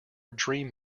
dream